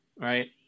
right